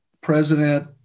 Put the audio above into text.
President